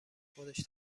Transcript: خودش